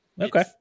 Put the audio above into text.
Okay